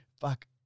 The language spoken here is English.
fuck